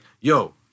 yo